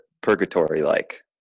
purgatory-like